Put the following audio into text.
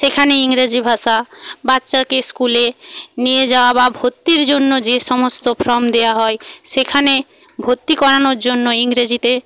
সেখানে ইংরেজি ভাষা বাচ্চাকে স্কুলে নিয়ে যাওয়া বা ভর্তির জন্য যে সমস্ত ফর্ম দেওয়া হয় সেখানে ভর্তি করানোর জন্য ইংরেজিতে